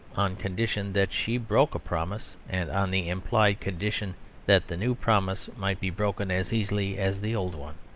on condition that she broke a promise, and on the implied condition that the new promise might be broken as easily as the old one.